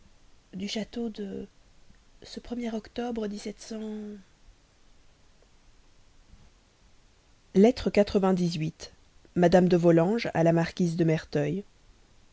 du château de ce premier octobre lettre madame de valmont à la marquise de merteuil